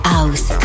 House